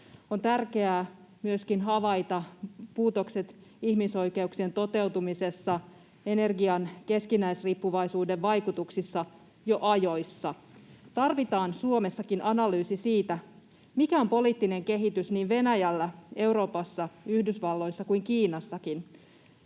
On tärkeää myöskin havaita puutokset ihmisoikeuksien toteutumisessa, energian keskinäisriippuvaisuuden vaikutuksissa jo ajoissa. Tarvitaan Suomessakin analyysi siitä, mikä on poliittinen kehitys niin Venäjällä, Euroopassa, Yhdysvalloissa kuin Kiinassakin.